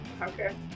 Okay